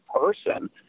person